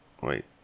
Wait